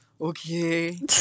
Okay